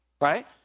right